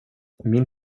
min